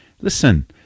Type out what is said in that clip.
Listen